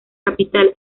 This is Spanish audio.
capital